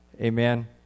Amen